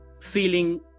feeling